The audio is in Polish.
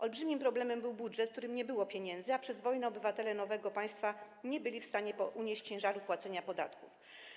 Olbrzymim problemem był budżet, w którym nie było pieniędzy, a przez wojnę obywatele nowego państwa nie byli w stanie unieść ciężaru płacenia podatków.